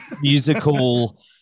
musical